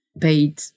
paid